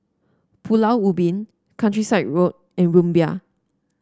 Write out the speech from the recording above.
Pulau Ubin Countryside Road and Rumbia